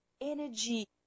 energy